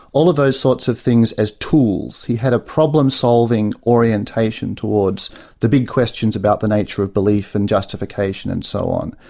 all of those sorts of things, as tools. he had a problem-solving orientation towards the big questions about the nature of belief and justification and so on.